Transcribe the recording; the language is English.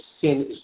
sin